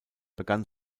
begann